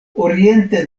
oriente